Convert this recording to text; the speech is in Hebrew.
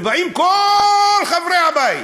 ובאים כל חברי הבית,